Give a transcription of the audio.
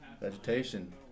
Vegetation